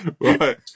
Right